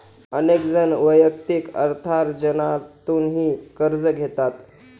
अनेक जण वैयक्तिक अर्थार्जनातूनही कर्ज घेतात